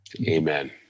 Amen